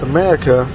America